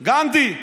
גנדי.